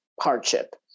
hardship